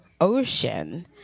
ocean